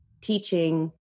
teaching